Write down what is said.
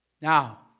Now